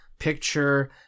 picture